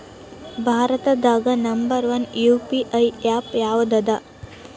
ಭಾರತದಾಗ number one UPI app ಯಾವದದ